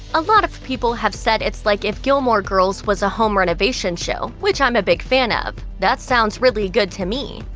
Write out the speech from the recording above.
a lot of people have said it's like if gilmore girls was a home renovation show, which i'm a big fan of. that sounds really good to me.